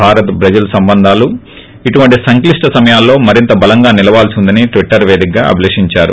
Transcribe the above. Bharat Brazil సంబంధాలు ఇటువంటి సంక్షిప్ణ సమయాల్లో మరింత బలంగా నిలవాల్సి ఉందని ట్విటర్ వేదికగా అభిలపిందారు